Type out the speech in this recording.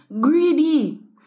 greedy